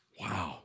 Wow